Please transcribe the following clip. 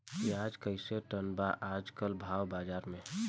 प्याज कइसे टन बा आज कल भाव बाज़ार मे?